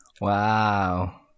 Wow